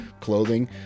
clothing